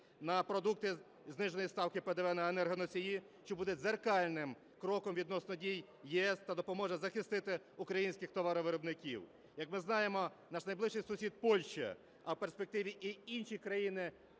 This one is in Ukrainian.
на продукти, зниженої ставки ПДВ на енергоносії, що буде дзеркальним кроком відносно дій ЄС та допоможе захистити українських товаровиробників. Як ми знаємо, наш найближчий сусід Польща, а в перспективі і інші країни